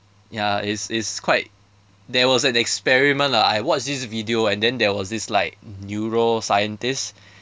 ya it's it's quite there was an experiment lah I watched this video and then there was this like neuroscientist